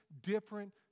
different